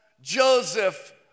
Joseph